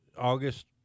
August